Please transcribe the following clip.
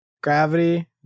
Gravity